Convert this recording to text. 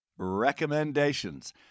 recommendations